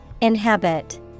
inhabit